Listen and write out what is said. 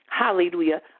hallelujah